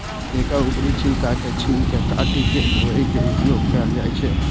एकर ऊपरी छिलका के छील के काटि के धोय के उपयोग कैल जाए छै